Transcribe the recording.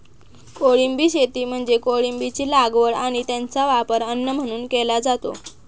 कोळंबी शेती म्हणजे कोळंबीची लागवड आणि त्याचा वापर अन्न म्हणून केला जातो